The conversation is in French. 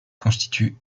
constitue